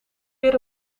weer